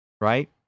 right